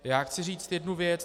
Já chci říct jednu věc.